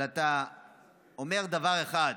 אתה אומר דבר אחד: